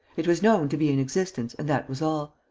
it was known to be in existence and that was all.